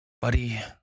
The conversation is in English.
Buddy